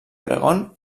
oregon